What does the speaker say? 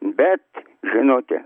bet žinote